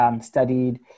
studied